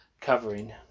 covering